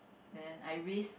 then I risk